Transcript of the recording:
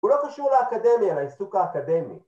‫הוא לא קשור לאקדמיה, ‫לעיסוק האקדמי.